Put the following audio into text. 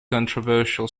controversial